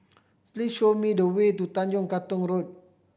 please show me the way to Tanjong Katong Road